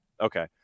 Okay